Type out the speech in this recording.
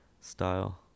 style